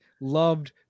loved